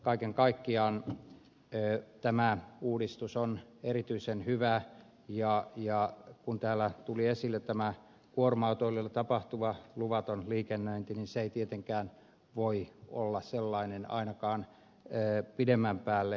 kaiken kaikkiaan tämä uudistus on erityisen hyvä ja kun täällä tuli esille tämä kuorma autoilla tapahtuva luvaton liikennöinti niin se ei tietenkään voi olla niin ainakaan pidemmän päälle